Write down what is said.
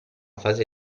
fase